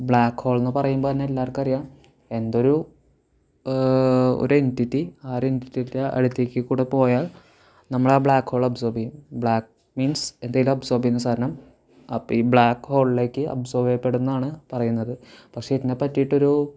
black ഹോളെന്ന് പറയുമ്പോൾ തന്നെ എല്ലാവർക്കും അറിയാം എന്തൊരു ഒരു എൻറ്റിറ്റി ആ ഒരു എൻറ്റിറ്റിരെ അടുത്തേക്ക് കൂടെ പോയാൽ നമ്മളെ ആ ബ്ലാക്ക് ഹോൾ അബ്സോർബ് ചെയ്യും ബ്ലാക്ക് മീൻസ് എന്തേലും അബ്സോർബ് ചെയ്യുന്ന സാധനം അപ്പം ഈ ബ്ലാക്ക് ഹോളിലേക്ക് അബ്സോർബിയപെടും എന്നാണ് പറയുന്നത് പക്ഷേ ഇതിനെ പറ്റിട്ടൊരു